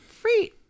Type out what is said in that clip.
free